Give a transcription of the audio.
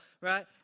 right